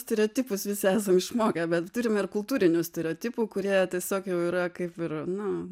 stereotipus visi esam išmokę bet turime ir kultūrinių stereotipų kurie tiesiog jau yra kaip ir na